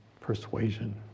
persuasion